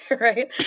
right